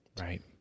Right